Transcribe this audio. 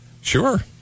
Sure